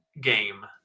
game